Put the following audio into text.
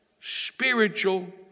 spiritual